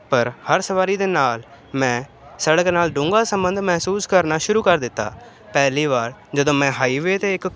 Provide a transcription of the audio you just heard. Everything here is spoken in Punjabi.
ਪਰ ਹਰ ਸਵਾਰੀ ਦੇ ਨਾਲ ਮੈਂ ਸੜਕ ਨਾਲ ਡੂੰਘਾ ਸੰਬੰਧ ਮਹਿਸੂਸ ਕਰਨਾ ਸ਼ੁਰੂ ਕਰ ਦਿੱਤਾ ਪਹਿਲੀ ਵਾਰ ਜਦੋਂ ਮੈਂ ਹਾਈਵੇ 'ਤੇ ਇੱਕ